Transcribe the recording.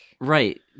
Right